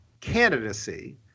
candidacy